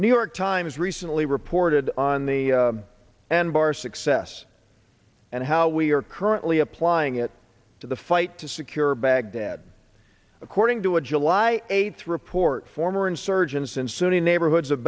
new york times recently reported on the and our success and how we are currently applying it to the fight to secure baghdad according to a july eighth report former insurgents in sunni neighborhoods of